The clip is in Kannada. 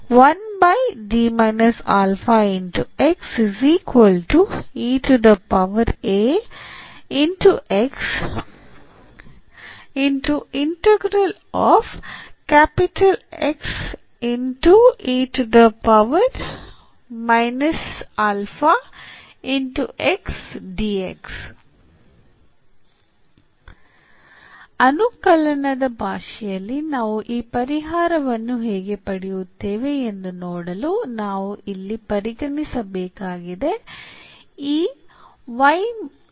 ಆದ್ದರಿಂದ ಇಲ್ಲಿ ಅನುಕಲನದ ಭಾಷೆಯಲ್ಲಿ ನಾವು ಈ ಪರಿಹಾರವನ್ನು ಹೇಗೆ ಪಡೆಯುತ್ತೇವೆ ಎಂದು ನೋಡಲು ನಾವು ಇಲ್ಲಿ ಪರಿಗಣಿಸಬೇಕಾಗಿದೆ ಈ